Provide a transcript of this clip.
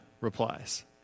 replies